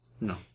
No